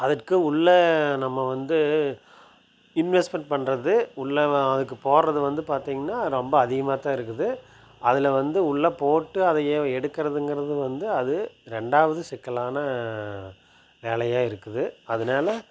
அதற்கு உள்ள நம்ம வந்து இன்வெஸ்ட்மெண்ட் பண்ணுறது உள்ள வ அதுக்கு போடுறது வந்து பார்த்திங்கனா ரொம்ப அதிகமாக தான் இருக்குது அதில் வந்து உள்ள போட்டு அதை எடுக்கிறதுங்கிறது வந்து அது ரெண்டாவது சிக்கலான வேலையாக இருக்குது அதனால